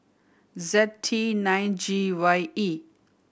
Z T nine G Y E